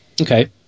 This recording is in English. Okay